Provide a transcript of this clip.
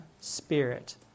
Spirit